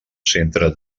centre